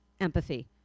empathy